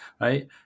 right